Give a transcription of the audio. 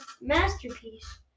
masterpiece